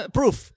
proof